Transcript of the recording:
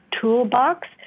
Toolbox